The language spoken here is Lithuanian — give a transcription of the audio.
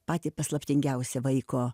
patį paslaptingiausią vaiko